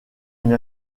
une